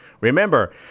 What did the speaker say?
Remember